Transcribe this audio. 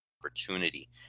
opportunity